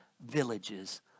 villages